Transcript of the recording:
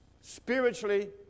Spiritually